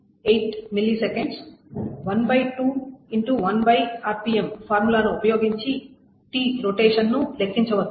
కాబట్టి Tseek 8ms 12 X 1 rpm formula ను ఉపయోగించి Trotation ని లెక్కించవచ్చు